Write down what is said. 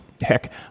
Heck